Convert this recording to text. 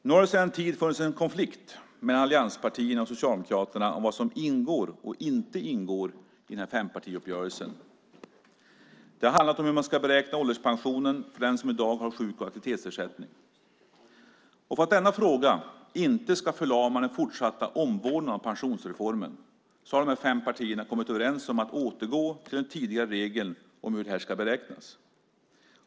Nu har det sedan en tid funnits en konflikt mellan allianspartierna och Socialdemokraterna om vad som ingår och inte ingår i fempartiuppgörelsen. Det har handlat om hur man ska beräkna ålderspensionen för dem som i dag har sjuk och aktivitetsersättning. För att denna fråga inte ska förlama den fortsatta omvårdnaden av pensionsreformen har de fem partierna kommit överens om att återgå till den tidigare regeln om hur detta ska beräknas.